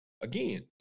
Again